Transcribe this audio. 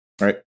right